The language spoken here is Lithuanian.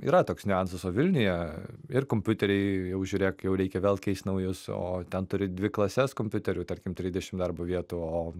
yra toks niuansas o vilniuje ir kompiuteriai jau žiūrėk jau reikia vėl keist naujus o ten turi dvi klases kompiuterių tarkim trisdešim darbo vietų o